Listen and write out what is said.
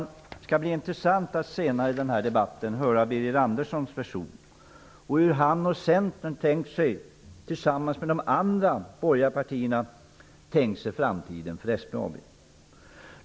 Det skall bli intressant att senare i debatten höra Birger Anderssons version och hur han och Centern, tillsammans med de andra borgerliga partierna, har tänkt sig framtiden för SBAB.